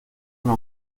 una